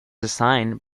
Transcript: designed